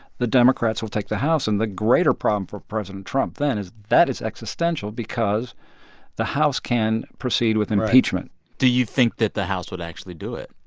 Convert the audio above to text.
the democrats will take the house. and the greater problem for president trump then is that is existential because the house can proceed with impeachment right do you think that the house would actually do it?